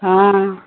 हाँ